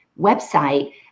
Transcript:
website